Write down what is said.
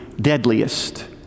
deadliest